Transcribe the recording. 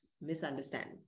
misunderstand